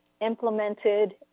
implemented